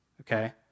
okay